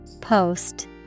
Post